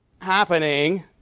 happening